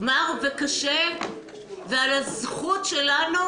מר וקשה ועל הזכות שלנו